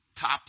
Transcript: Top